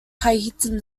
khitan